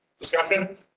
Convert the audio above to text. Discussion